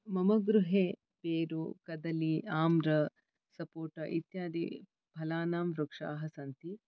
मम गृहे पेरु कदली आम्र सपोट इत्यादि फलानां वृक्षाः सन्ति